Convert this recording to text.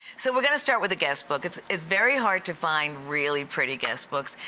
so we're gonna start with the guest book. it's it's very hard to find really pretty guest books,